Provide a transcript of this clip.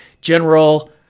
General